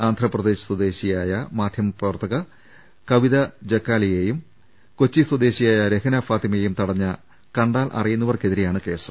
ആന്ധ്രാ പ്രദേശ് സ്വദേശിയായ മാധ്യമ പ്രവർത്തക കവിത ജെക്കാലയേയും കൊച്ചി സ്വദേശിയായ രഹ്ന ഫാത്തിമയെയും തടഞ്ഞ കണ്ടാലറി യാവുന്നവർക്കെതിരെയാണ് കേസ്